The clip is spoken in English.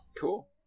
Cool